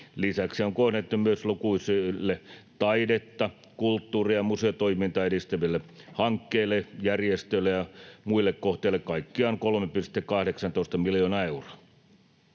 Lisäksi on kohdennettu myös lukuisille taidetta, kulttuuria ja museotoimintaa edistäville hankkeille, järjestöille ja muille kohteille kaikkiaan 3,18 miljoonaa euroa.